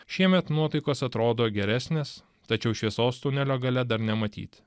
šiemet nuotaikos atrodo geresnės tačiau šviesos tunelio gale dar nematyt